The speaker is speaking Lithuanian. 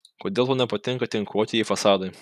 kodėl tau nepatinka tinkuotieji fasadai